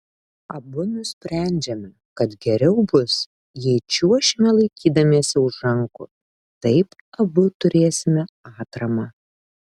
abu nusprendžiame kad geriau bus jei čiuošime laikydamiesi už rankų taip abu turėsime atramą